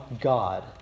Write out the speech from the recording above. God